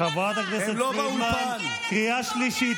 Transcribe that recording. חברת הכנסת פרידמן, קריאה שנייה.